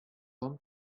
кан